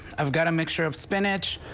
i've got to make sure of spinach